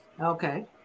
Okay